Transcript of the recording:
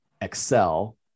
Excel